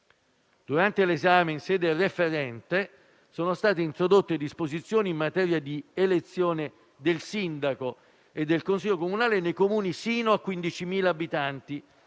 Durante l'esame in sede referente sono state introdotte disposizioni in materia di elezione del sindaco e del consiglio comunale nei Comuni fino a 15.000 abitanti.